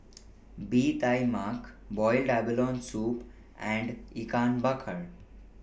Bee Tai Mak boiled abalone Soup and Ikan Bakar